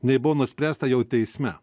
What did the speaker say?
nei buvo nuspręsta jau teisme